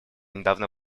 недавно